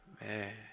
Man